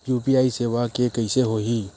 UPI सेवा के कइसे होही?